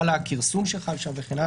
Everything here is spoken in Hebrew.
למרות הכרסום שחל שם וכו',